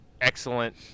excellent